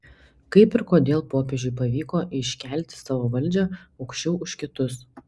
kaip ir kodėl popiežiui pavyko iškelti savo valdžią aukščiau už kitus